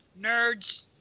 Nerds